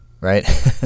right